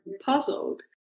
puzzled